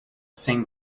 same